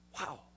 Wow